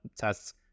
tests